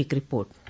एक रिपोर्ट